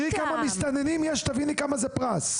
זה פרס, תראי כמה מסתננים יש, תביני כמה זה פרס.